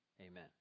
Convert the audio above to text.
Amen